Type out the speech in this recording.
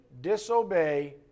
disobey